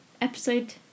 episode